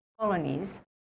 colonies